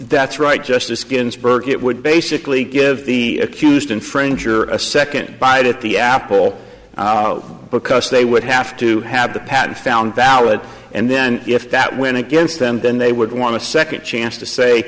that's right justice ginsburg it would basically give the accused infringer a second bite at the apple because they would have to have the patent found valid and then if that went against them then they would want to second chance to say